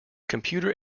computer